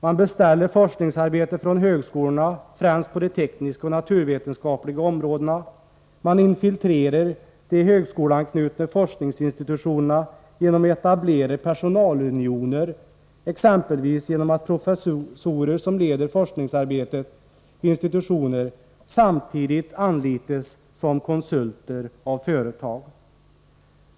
Man beställer forskningsarbete från högskolorna, främst på de tekniska och naturvetenskapliga områdena. Man infiltrerar de högskoleanknutna forskningsinstitutionerna genom att etablera personalunioner, exempelvis genom att professorer som leder forskningsarbetet vid institutioner samtidigt anlitas som konsulter av företag.